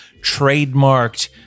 trademarked